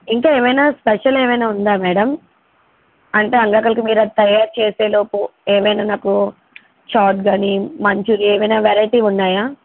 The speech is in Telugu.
ఇంకా ఏమైన స్పెషల్ ఏమైన ఉందా మేడం అంటే అందరికి మీరు తయారు చేసే లోపు ఏమైన నాకు చాట్ కానీ మంచూరియా ఏమైన వెరైటీ ఉన్నాయా